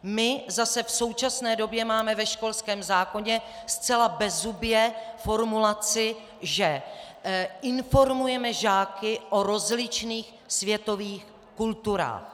My zase v současné době máme ve školském zákoně zcela bezzubě formulaci, že informujeme žáky o rozličných světových kulturách.